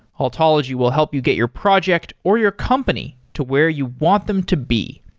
altology will help you get your project or your company to where you want them to be.